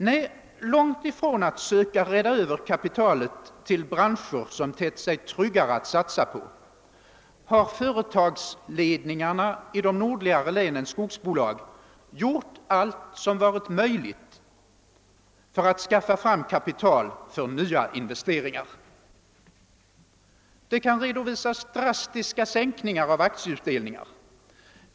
Nej, långt ifrån att söka rädda över kapitalet till branscher, som tett sig tryggare att satsa på, har företagsledningarna i de nordliga länens skogsbo lag gjort allt som varit möjligt att göra för att skaffa fram kapital för nya investeringar. Det kan redovisas drastiska sänkningar av aktieutdelningar.